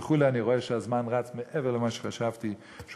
וכו' אני רואה שהזמן רץ מעבר למה שחשבתי שהוא